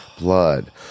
blood